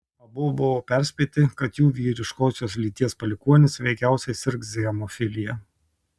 abu buvo perspėti kad jų vyriškosios lyties palikuonis veikiausiai sirgs hemofilija